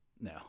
No